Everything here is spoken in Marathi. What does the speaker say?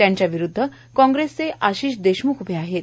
त्यांच्या विरुदध कॉग्रेसचे आशिष देशमुख उभे आहते